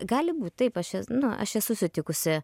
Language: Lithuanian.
gali būt taip nu aš esu sutikusi